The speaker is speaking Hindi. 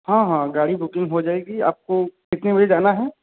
हाँ हाँ गाड़ी बुकिंग हो जाएगी आपको कितने बजे जाना है